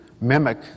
mimic